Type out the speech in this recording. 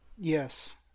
Yes